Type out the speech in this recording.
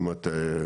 זאת אומרת,